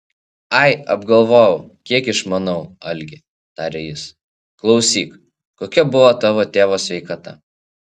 ai apgalvojau kiek išmanau algi tarė jis klausyk kokia buvo tavo tėvo sveikata